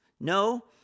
No